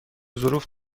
ظروف